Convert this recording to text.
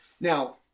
now